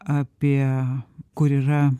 apie kur yra